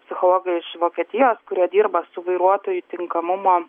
psichologai iš vokietijos kurie dirba su vairuotojų tinkamumo